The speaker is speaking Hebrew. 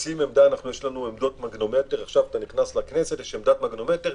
יש לנו עמדות מגנומטר כשנכנסים לכנסת יש עמדת מגנומטר.